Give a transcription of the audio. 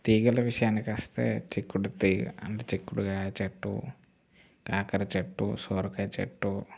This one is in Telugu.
తీగలు విషయానికొస్తే చిక్కుడుతీగ అంటే చిక్కుడుకాయ చెట్టు కాకరచెట్టు సొరకాయచెట్టు